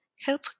help